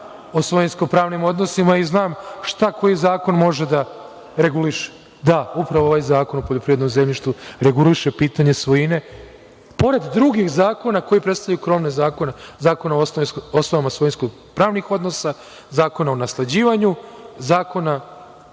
o svojinsko-pravnim odnosima i znam šta koji zakon može da reguliše. Da, upravo ovaj Zakon o poljoprivrednom zemljištu reguliše pitanje svojine pored drugih zakona koji predstavljaju krovne zakone – Zakon o osnovama svojinsko-pravnih odnosa, Zakon o nasleđivanju, Zakon